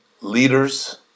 leaders